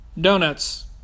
donuts